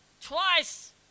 twice